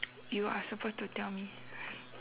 you are suppose to tell me